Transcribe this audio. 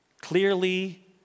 Clearly